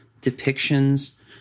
depictions